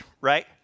right